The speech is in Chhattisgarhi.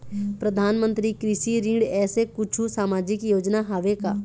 परधानमंतरी कृषि ऋण ऐसे कुछू सामाजिक योजना हावे का?